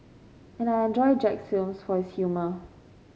and I enjoy Jack's films for his humour